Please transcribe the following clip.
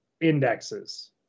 indexes